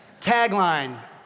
Tagline